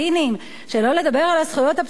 שלא לדבר על הזכויות הבסיסיות שלהם,